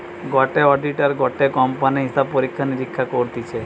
গটে অডিটার গটে কোম্পানির হিসাব পরীক্ষা নিরীক্ষা করতিছে